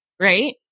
Right